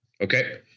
Okay